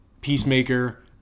Peacemaker